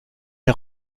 der